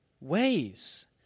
ways